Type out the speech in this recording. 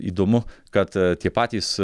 įdomu kad tie patys